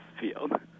field